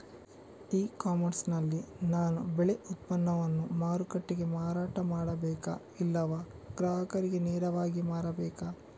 E commerce ನಲ್ಲಿ ನಾನು ಬೆಳೆ ಉತ್ಪನ್ನವನ್ನು ಮಾರುಕಟ್ಟೆಗೆ ಮಾರಾಟ ಮಾಡಬೇಕಾ ಇಲ್ಲವಾ ಗ್ರಾಹಕರಿಗೆ ನೇರವಾಗಿ ಮಾರಬೇಕಾ?